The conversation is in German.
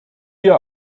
wir